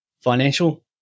financial